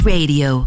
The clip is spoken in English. Radio